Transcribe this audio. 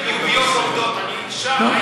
אני, עובדות, אני משם.